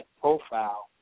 profile